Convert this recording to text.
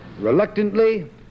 Reluctantly